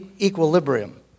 equilibrium